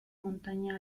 montaña